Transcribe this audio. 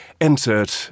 entered